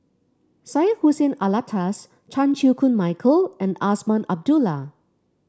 Syed Hussein Alatas Chan Chew Koon Michael and Azman Abdullah